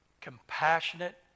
compassionate